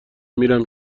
میرم